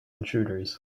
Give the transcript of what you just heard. intruders